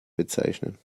bezeichnen